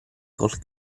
col